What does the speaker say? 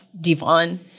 Devon